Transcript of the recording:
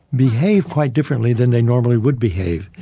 behave quite differently than they normally would behave,